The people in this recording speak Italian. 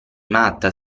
matta